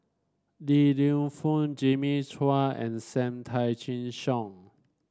Li Lienfung Jimmy Chua and Sam Tan Chin Siong